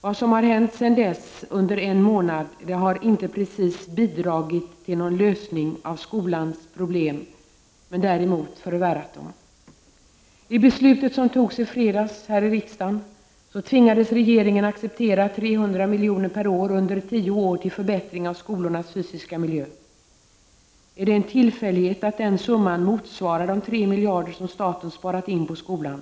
Vad som har hänt sedan dess, under en månad, har inte precis bidragit till någon lösning av skolans problem, men däremot förvärrat dem. Vid beslutet som fattades i fredags här i riksdagen tvingades regeringen acceptera 300 miljoner per år under tio år till förbättringar av skolornas fysiska miljö. Är det en tillfällighet att den summan motsvarar de 3 miljarder som staten har sparat in på skolan?